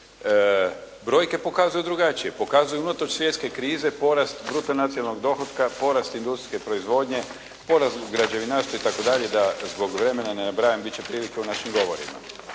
Brojke pokazuju drugačije. Pokazuju unutar svjetske krize porast bruto nacionalnog dohotka, porast industrijske proizvodnje, porast u građevinarstvu itd., da zbog vremena ne nabrajam, biti će prilike u našim govorima.